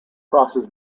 crosses